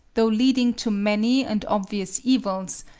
though leading to many and obvious evils,